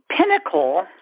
pinnacle